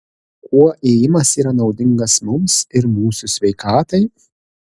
kuo ėjimas yra naudingas mums ir mūsų sveikatai